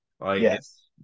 Yes